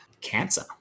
cancer